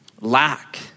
lack